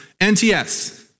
NTS